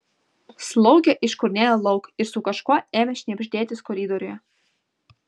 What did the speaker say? slaugė iškurnėjo lauk ir su kažkuo ėmė šnibždėtis koridoriuje